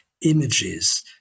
images